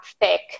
thick